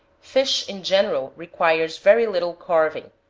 fish in general requires very little carving,